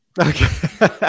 Okay